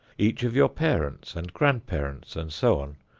each of your parents and grandparents and so on,